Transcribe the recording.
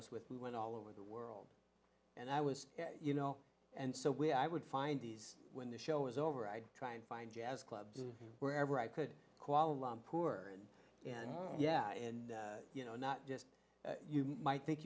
was with we went all over the world and i was you know and so when i would find these when the show was over i'd try and find jazz clubs wherever i could kuala lumpur and yeah and you know not just you might think